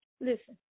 Listen